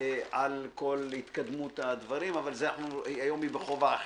על כל התקדמות הדברים, אבל היום היא בכובע אחר,